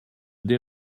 des